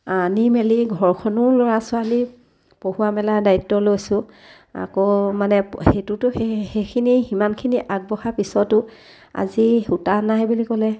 আনি মেলি ঘৰখনো ল'ৰা ছোৱালীৰ পঢ়োৱা মেলা দায়িত্ব লৈছোঁ আকৌ মানে সেইটোতো সেই সেইখিনি সিমানখিনি আগবঢ়াৰ পিছতো আজি সূতা নাই বুলি ক'লে